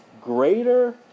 greater